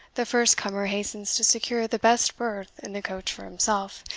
the first comer hastens to secure the best berth in the coach for himself,